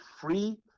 free